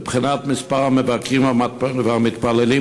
ומבחינת מספר המבקרים והמתפללים,